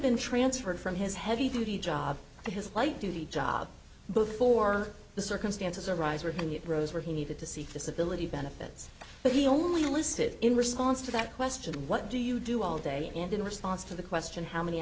been transferred from his heavy duty job to his light duty job before the circumstances arise or in the rows where he needed to seek disability benefits but he only listed in response to that question what do you do all day and in response to the question how many